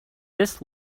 this